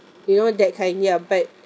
you know that kind ya but